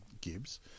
Gibbs